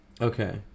okay